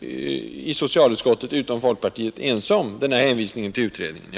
i socialutskottet utom folkpartiet varit ense om denna hänvisning till utredningen.